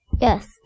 Yes